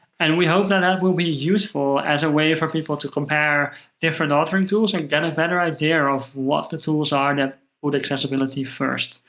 and we hope that that will be useful as a way for people to compare different authoring tools, and get a better idea of what the tools are that put accessibility first.